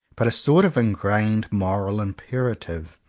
but a sort of ingrained moral imperative,